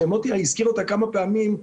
שמוטי הזכיר אותה כמה פעמים,